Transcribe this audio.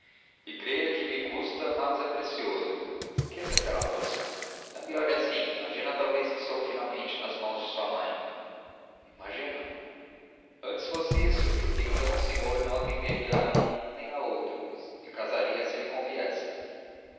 e creia que me custa mas é preciso esqueça aquela moça não me olhe assim imagina talvez que estou finalmente nas mãos de sua mãe imagino antes fosse isso porque então o senhor não atenderia a um nem a outro e casaria se lhe conviesse